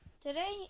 Today